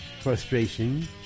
frustration